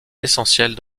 essentielle